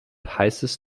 heißes